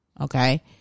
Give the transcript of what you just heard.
Okay